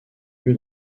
lieu